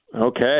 Okay